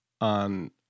on